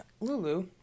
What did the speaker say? Lulu